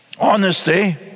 honesty